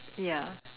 ya